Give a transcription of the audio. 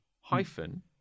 hyphen